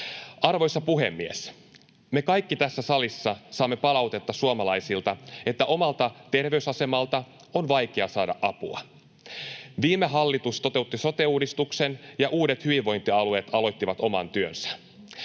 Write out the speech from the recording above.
Arvoisa puhemies! Me kaikki tässä salissa saamme suomalaisilta palautetta, että omalta terveysasemalta on vaikea saada apua. Viime hallitus toteutti sote-uudistuksen, ja uudet hyvinvointialueet aloittivat oman työnsä.